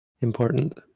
important